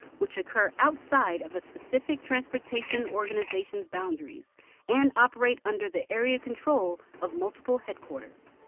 which occur outside of a specific transportation organization s boundaries and operate under the area control of multiple headquarters.